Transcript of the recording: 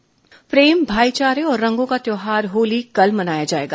होलिका दहन प्रेम भाईचारे और रंगों का त्यौहार होली कल मनाया जाएगा